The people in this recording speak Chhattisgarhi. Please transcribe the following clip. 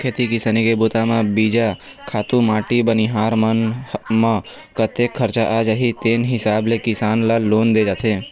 खेती किसानी के बूता म बीजा, खातू माटी बनिहार मन म कतेक खरचा आ जाही तेन हिसाब ले किसान ल लोन दे जाथे